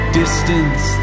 distance